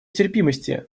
терпимости